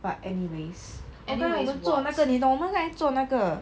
but anyways 我跟他们做那个你懂刚才我们做那个